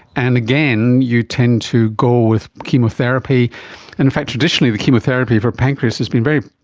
and again, you tend to go with chemotherapy, and in fact traditionally the chemotherapy for pancreas has been very,